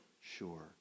sure